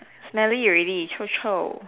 smelly already Chou Chou